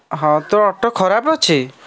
ହଁ ତ ଅଟୋ ଖରାପ ଅଛି